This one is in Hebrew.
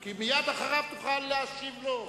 כי מייד אחריו תוכל להשיב לו.